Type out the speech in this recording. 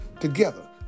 Together